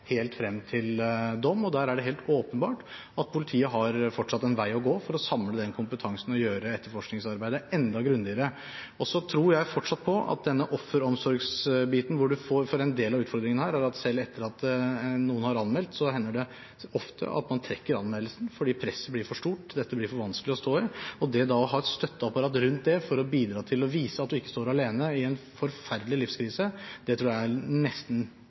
helt frem til dom. Politiet har helt åpenbart fortsatt en vei å gå for å samle en slik kompetanse og gjøre etterforskningsarbeidet enda grundigere. Jeg tror fortsatt på offeromsorgsbiten. En del av utfordringen her er at selv etter at noen har anmeldt, hender det ofte at man trekker anmeldelsen fordi presset blir for stort – dette blir det for vanskelig å stå i. Det å ha et støtteapparat rundt en for bidra til og vise at man ikke står alene i en forferdelig livskrise, tror jeg er – om ikke like viktig – nesten